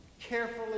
carefully